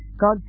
God